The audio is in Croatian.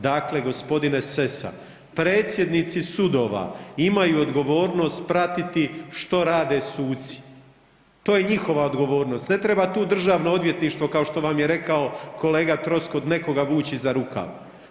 Dakle, gospodine Sessa predsjednici sudova imaju odgovornost pratiti što rade suci, to je njihova odgovornost, ne treba tu Državno odvjetništvo kao što vam je rekao kolega Troskot nekoga vući za rukav.